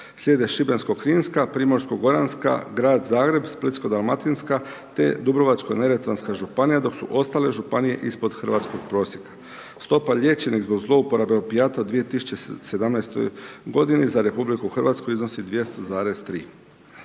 slijede Šibensko-kninska, Primorsko-goranska, Grad Zagreb, Splitsko-dalmatinska te Dubrovačko-neretvanska županija dok su ostale županije ispod hrvatskog prosjeka. Stopa liječenih od zlouporabe opijata u 2017. g. za RH iznosi 200,3.